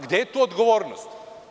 Gde je tu odgovornost?